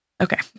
Okay